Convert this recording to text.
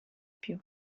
più